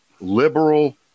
liberal